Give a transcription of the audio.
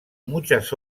muchas